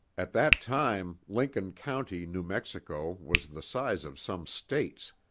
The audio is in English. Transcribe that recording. at that time, lincoln county, new mexico, was the size of some states,